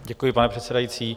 Děkuji, pane předsedající.